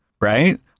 right